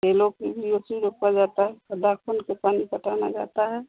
केलों को भी वैसे ही रोपा जाता है गड्ढा खोदकर पानी पटाना जाता है